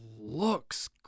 looks